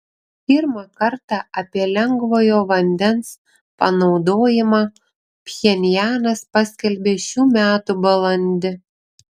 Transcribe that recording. pirmą kartą apie lengvojo vandens panaudojimą pchenjanas paskelbė šių metų balandį